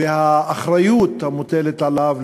והאחריות המוטלת עליו,